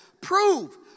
Prove